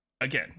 again